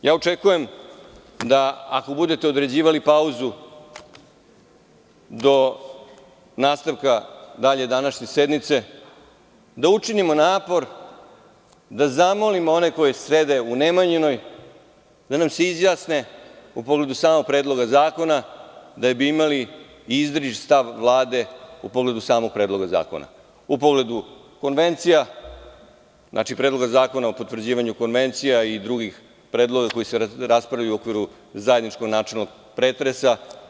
Ja očekujem da ako budete određivali pauzu do nastavka dalje današnje sednice, da učinimo napor, da zamolimo one koji sede u Nemanjinoj, da nam se izjasne u pogledu samog Predloga zakona, da bismo imali izričit stav Vlade u pogledu samog predloga zakona, u pogledu konvencija i drugih predloga koji se raspravljaju u okviru zajedničkog načelnog pretresa.